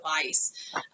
device